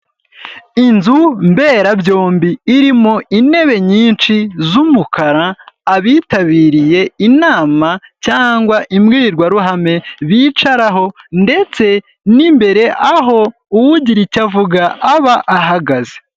Inzu mberabyombi irimo intebe nyinshi z'umukara abitabiriye inama cyangwa imbwirwaruhame bicaraho ndetse n'imbere aho ugira icyo avuga aba ahagaze.